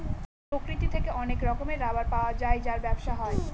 প্রকৃতি থেকে অনেক রকমের রাবার পাওয়া যায় যার ব্যবসা হয়